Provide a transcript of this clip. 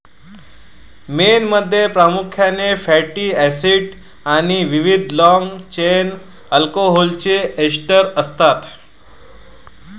मेणमध्ये प्रामुख्याने fatty acids आणि विविध लाँग चेन अल्कोहोलचे एस्टर असतात